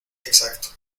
exacto